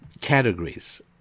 categories